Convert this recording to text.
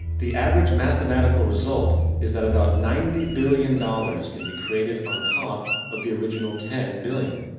the average mathematical result is that about ninety billion dollars can be created on top of the original ten billion.